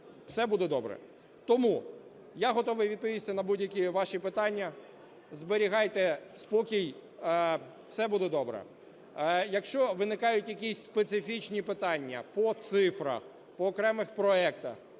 все буде добре. Тому я готовий відповісти на будь-які ваші питання. Зберігайте спокій, все буде добре. Якщо виникають якісь специфічні питання по цифрах, по окремих проектах,